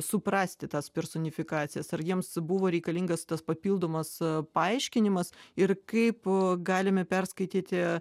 suprasti tas personifikacijas ar jiems buvo reikalingas tas papildomas paaiškinimas ir kaip galime perskaityti